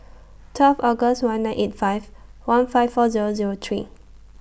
twelve August one nine eight five one five four Zero Zero three